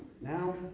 Now